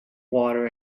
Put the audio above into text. water